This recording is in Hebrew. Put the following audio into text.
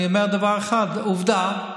אני אומר דבר אחד, עובדה: